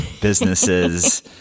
businesses